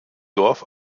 dorf